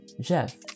Jeff